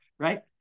Right